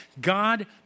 God